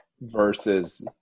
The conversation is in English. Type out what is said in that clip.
versus